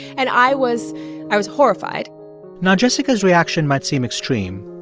and i was i was horrified now, jessica's reaction might seem extreme.